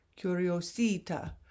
Curiosita